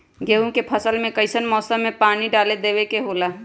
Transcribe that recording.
गेहूं के फसल में कइसन मौसम में पानी डालें देबे के होला?